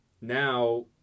Now